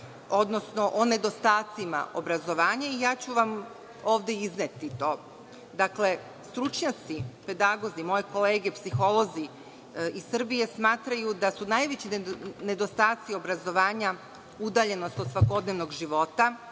odnosno o nedostacima obrazovanja i ja ću vam ovde izneti to. Dakle, stručnjaci, pedagozi, moje kolege psiholozi iz Srbije smatraju da su najveći nedostaci obrazovanja udaljenost od svakodnevnog života,